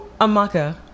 Amaka